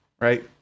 Right